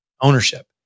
ownership